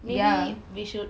ya